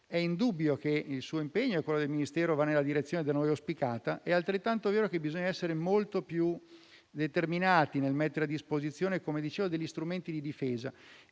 È indubbio che il suo impegno e quello del Ministero vadano nella direzione da noi auspicata; è altrettanto vero che bisogna essere molto più determinati nel mettere a disposizione - come dicevo - strumenti di difesa.